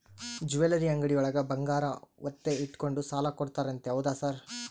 Jewellery ಅಂಗಡಿಯೊಳಗ ಬಂಗಾರ ಒತ್ತೆ ಇಟ್ಕೊಂಡು ಸಾಲ ಕೊಡ್ತಾರಂತೆ ಹೌದಾ ಸರ್?